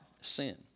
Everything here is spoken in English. sin